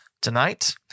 tonight